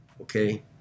okay